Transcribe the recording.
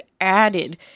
added